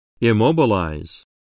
Immobilize